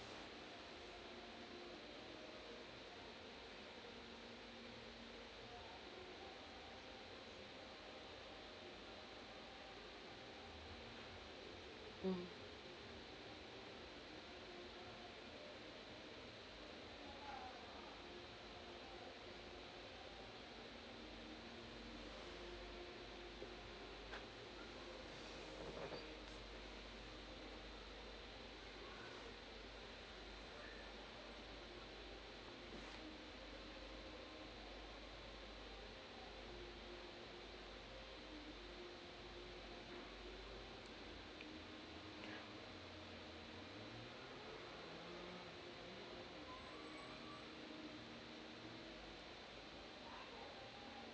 mm